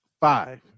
five